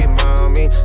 mommy